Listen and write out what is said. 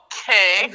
Okay